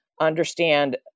understand